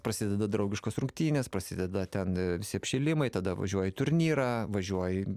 prasideda draugiškos rungtynės prasideda ten visi apšilimai tada važiuoji turnyrą važiuoji